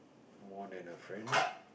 more than a friend